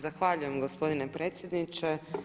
Zahvaljujem gospodine predsjedniče.